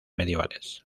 medievales